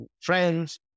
friends